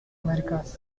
americas